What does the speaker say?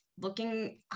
looking